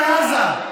בעזה.